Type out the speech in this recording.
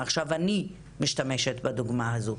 עכשיו אני משתמשת בדוגמה הזאת.